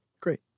Great